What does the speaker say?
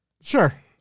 Sure